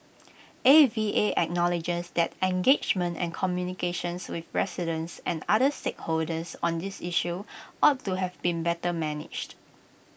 A V A acknowledges that engagement and communications with residents and other stakeholders on this issue ought to have been better managed